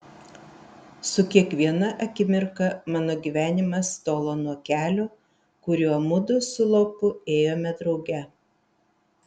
su kiekviena akimirka mano gyvenimas tolo nuo kelio kuriuo mudu su lopu ėjome drauge